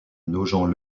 nogent